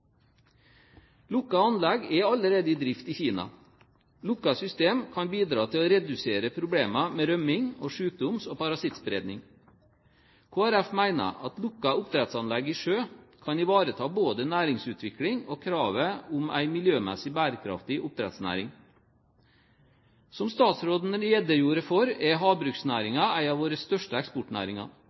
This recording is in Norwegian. anlegg er allerede i drift i Kina. Lukkede systemer kan bidra til å redusere problemene med rømming og sykdoms- og parasittspredning. Kristelig Folkeparti mener at lukkede oppdrettsanlegg i sjø kan ivareta både næringsutvikling og kravet om en miljømessig bærekraftig oppdrettsnæring. Som statsråden redegjorde for, er havbruksnæringen en av våre største eksportnæringer.